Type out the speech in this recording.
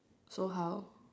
so how